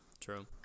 True